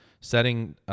setting